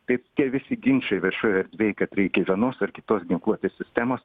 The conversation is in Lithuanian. taip tie visi ginčai viešoj erdvėj kad reikia vienos ar kitos ginkluotės sistemos